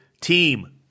team